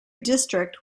district